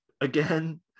again